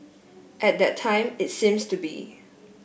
at that time it seems to be